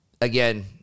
Again